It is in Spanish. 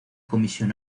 comisión